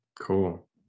Cool